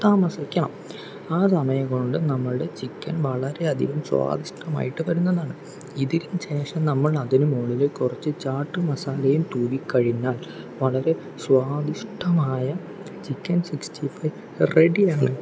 താമസിക്കണം ആ സമയം കൊണ്ട് നമ്മളുടെ ചിക്കൻ വളരെയധികം സ്വാദിഷ്ടമായിട്ട് വരുന്നതാണ് ഇതിന് ശേഷം നമ്മൾ അതിന് മുകളില് കുറച്ച് ചാട്ട് മസാലയും തൂകി കഴിഞ്ഞാൽ വളരേ സ്വാദിഷ്ടമായ ചിക്കൻ സിക്സ്റ്റി ഫൈവ് റെഡിയാണ്